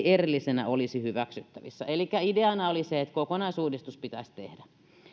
erillisenä olisi hyväksyttävissä elikkä ideana oli se että kokonaisuudistus pitäisi tehdä